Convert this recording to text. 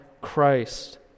Christ